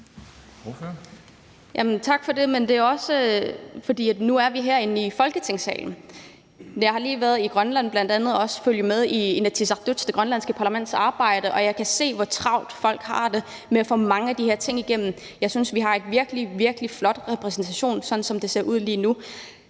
Tak for det. Det er også, fordi vi nu er her i Folketingssalen. Jeg har lige været i Grønland og har bl.a. fulgt med i Inatsisartuts – det grønlandske parlament – arbejde, og jeg kan se, hvor travlt folk har med at få mange af de her ting igennem. Jeg synes, vi har en virkelig, virkelig flot repræsentation, sådan som det ser ud lige nu.